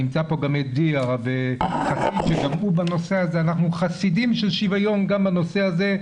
נמצא כאן גם הרב חסיד ואנחנו חסידים של שוויון גם בנושא הזה.